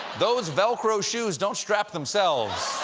those velcro shoes don't strap themselves.